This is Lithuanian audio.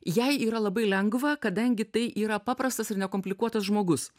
jai yra labai lengva kadangi tai yra paprastas ir nekomplikuotas žmogus